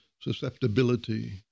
susceptibility